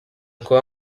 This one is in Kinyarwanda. kuba